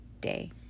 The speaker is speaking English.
day